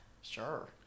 Sure